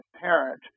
parent